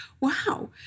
wow